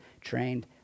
trained